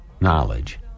knowledge